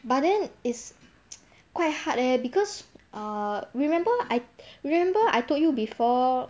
but then is quite hard leh because err remember I remember I told you before